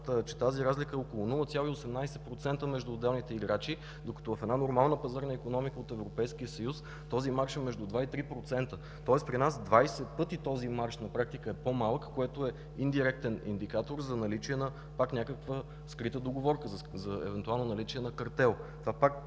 че тази разлика е около 0,18% между отделните играчи, докато в една нормална пазарна икономика от Европейския съюз, този марж е между 2 и 3%, тоест при нас на практика този марж е 20 пъти по-малък, което е индиректен индикатор за наличие пак на някаква скрита договорка, за евентуално наличие на картел. Това пак